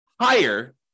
higher